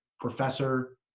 professor